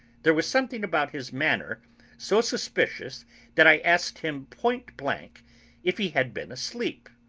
there was something about his manner so suspicious that i asked him point blank if he had been asleep.